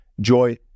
joy